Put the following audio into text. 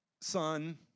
Son